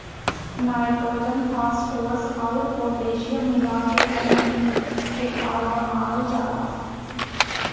nitrogen, phosphorus अउर potassium मिला के एन.पी.के खाद बनावल जाला